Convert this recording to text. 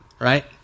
right